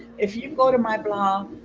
if you go to my blog,